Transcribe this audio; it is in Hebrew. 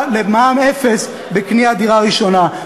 למע"מ אפס בקניית דירה ראשונה,